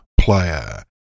player